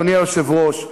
אדוני היושב-ראש,